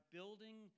building